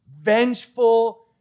vengeful